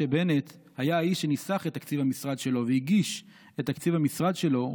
כשבנט היה האיש שניסח את תקציב המשרד שלו והגיש את תקציב המשרד שלו,